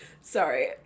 Sorry